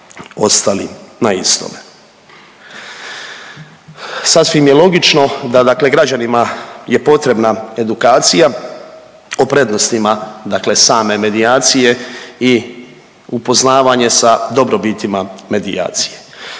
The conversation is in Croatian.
ostali na istome. Sasvim je logično da dakle građanima je potrebna edukacija o prednostima dakle same medijacije i upoznavanje sa dobrobitima medijacije.